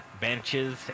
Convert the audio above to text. benches